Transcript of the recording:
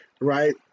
right